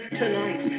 tonight